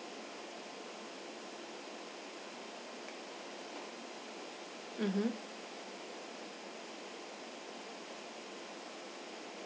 mmhmm